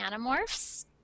animorphs